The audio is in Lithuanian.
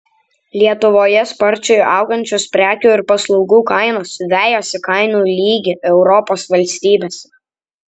lietuvoje sparčiai augančios prekių ir paslaugų kainos vejasi kainų lygį europos valstybėse